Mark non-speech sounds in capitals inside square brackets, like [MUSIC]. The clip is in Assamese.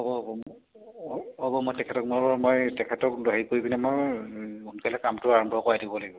হ'ব হ'ব [UNINTELLIGIBLE] হ'ব মই তেখেতক মই মই তেখেতক হেৰি কৰি পিনে মই সোনকালে কামটো আৰম্ভ কৰাই দিব লাগিব